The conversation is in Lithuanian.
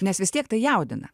nes vis tiek tai jaudina